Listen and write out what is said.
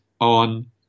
on